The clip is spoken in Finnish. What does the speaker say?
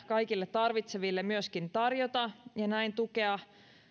kaikille tarvitseville myöskin tarjota ja näin tukea